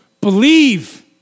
believe